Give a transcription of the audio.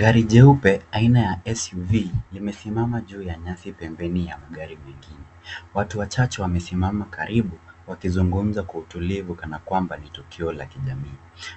Gari jeupe aina ya SUV limesimama juu ya nyasi pembeni ya magari mengine. Watu wachache wamesimama karibu wakizungumza kwa utulivu kana kwamba ni tukio la kijamii.